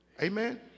Amen